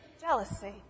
Jealousy